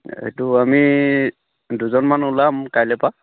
এইটো আমি দুজনমান ওলাম কাইলৈ পৰা